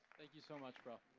you so much, bro.